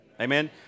Amen